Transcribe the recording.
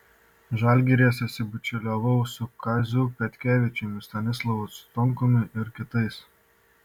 žalgiryje susibičiuliavau su kaziu petkevičiumi stanislovu stonkumi ir kitais